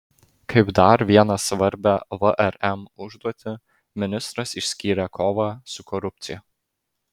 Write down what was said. kaip dar vieną svarbią vrm užduotį ministras išskyrė kovą su korupcija